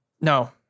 No